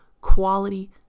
quality